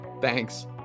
thanks